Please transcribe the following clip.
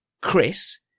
Chris